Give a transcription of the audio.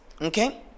okay